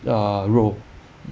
err 肉